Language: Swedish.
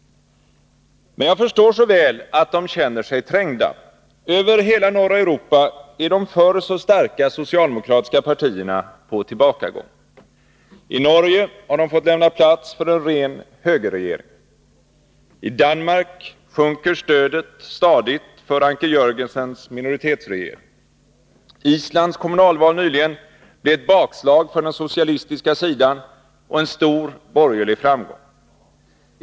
Men jag förstår så väl att de känner sig trängda. Över hela norra Europa är de förr så starka socialdemokratiska partierna på tillbakagång. I Norge har de fått lämna plats för en ren högerregering. I Danmark sjunker stödet stadigt för Anker Jörgensens minoritetsregering. Islands kommunalval blev ett bakslag för den socialistiska sidan och en stor borgerlig framgång.